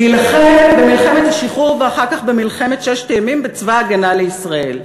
להילחם במלחמת השחרור ואחר כך במלחמת ששת הימים בצבא ההגנה לישראל,